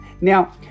now